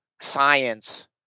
science